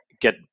get